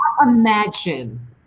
imagine